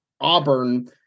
Auburn